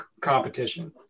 competition